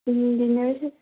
um dinner set